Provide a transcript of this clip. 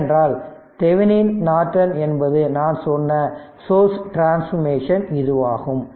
ஏனென்றால் Thevenin Norton என்பது நான் சொன்ன சோர்ஸ் டிரன்ஸ்பாமேஷன் இதுவாகும்